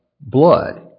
blood